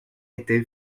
était